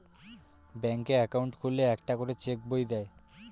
ব্যাঙ্কে অ্যাকাউন্ট খুললে একটা করে চেক বই দেয়